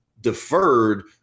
deferred